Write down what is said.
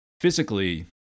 physically